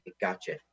gotcha